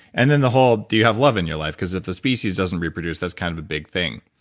and then the whole, do you have love in your life? because if the species doesn't reproduce, that's kind of a big thing.